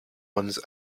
ones